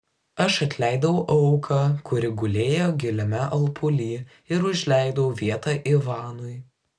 aš atleidau auką kuri gulėjo giliame alpuly ir užleidau vietą ivanui